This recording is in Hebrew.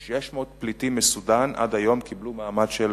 600 פליטים מסודן עד היום קיבלו מעמד של